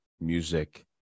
music